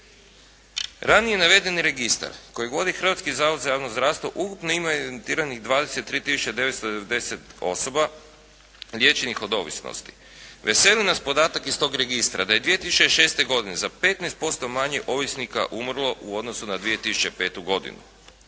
Ranije navedeni registar kojeg vodi Hrvatski zavod za javno zdravstvo ukupno ima evidentiranih 23 tisuće 990 osoba liječenih od ovisnosti. Veseli nas podatak iz tog registra da je 2006. godine za 15% manje ovisnika umrlo u odnosu na 2005. godinu.